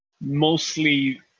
mostly